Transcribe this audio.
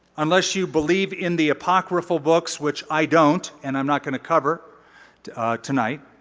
unless you believe in the apocryphal books, which i don't. and i'm not going to cover tonight.